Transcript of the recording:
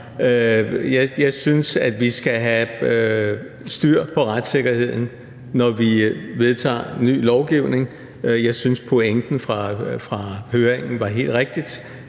Jeg synes, at vi skal have styr på retssikkerheden, når vi vedtager ny lovgivning, og jeg synes, at pointen fra høringen var helt rigtig: